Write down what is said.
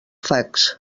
fax